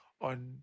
on